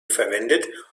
verwendet